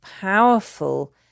powerful